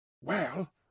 Well